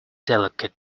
delicate